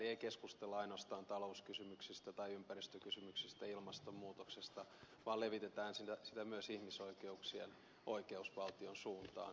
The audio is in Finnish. ei keskustella ainoastaan talouskysymyksistä tai ympäristökysymyksistä ilmastonmuutoksesta vaan levitetään sitä myös ihmisoikeuksien oikeusvaltion suuntaan